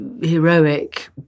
heroic